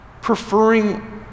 preferring